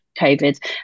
Covid